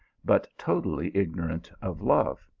but totally ignorant of love.